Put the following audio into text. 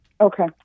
Okay